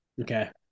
Okay